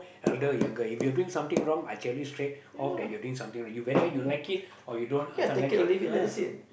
elder or younger if you are doing something wrong I tell you straight off that you are doing something you better you like it or you don't can't like it ah